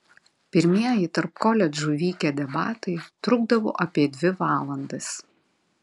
pirmieji tarp koledžų vykę debatai trukdavo apie dvi valandas